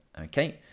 Okay